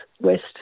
West